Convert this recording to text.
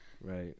Right